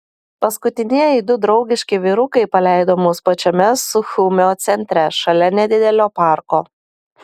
paskutinieji du draugiški vyrukai paleido mus pačiame suchumio centre šalia nedidelio parko